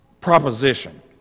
proposition